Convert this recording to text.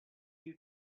you